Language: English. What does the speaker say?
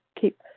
keep